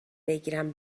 بگیرم